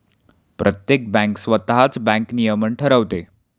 प्रत्येक बँक स्वतःच बँक नियमन ठरवते